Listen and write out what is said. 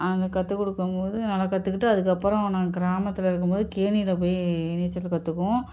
அங்கே கற்றுக் கொடுக்கும் போது நாங்கள் கற்றுக்கிட்டு அதுக்கப்புறம் நாங்கள் கிராமத்தில் இருக்கும்போது கேணியிலேப் போய் நீச்சல் கற்றுக்குவோம்